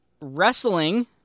wrestling